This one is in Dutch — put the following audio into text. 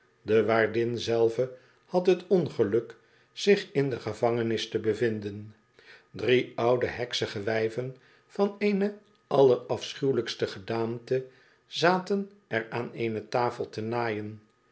de waardin zelve had t ongeluk zich in de gevangenis te bevinden drie oude heksige wijven van eene allerafschuwelijkste gedaante zaten er aan eene tafel te naaien